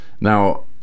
Now